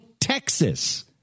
Texas